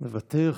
מוותר.